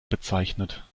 bezeichnet